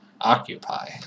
occupy